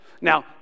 Now